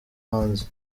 hanze